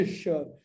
sure